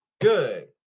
Good